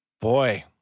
Boy